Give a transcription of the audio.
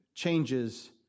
Changes